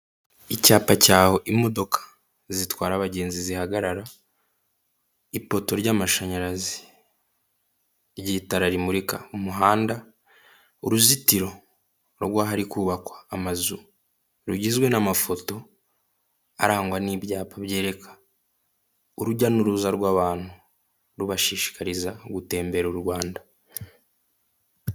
Icyapa cy'aho imodoka zitwara abagenzi zihagarara, ipoto ry'amashanyarazi ry'itara rimurika mu muhanda, uruzitiro rw'ahari kubakwa amazu rugizwe n'amafoto arangwa n'ibyapa byeka urujya n'uruza rw'abantu rubashishikariza gutembera u Rwanda.